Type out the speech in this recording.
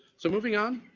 so moving on.